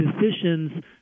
decisions